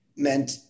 meant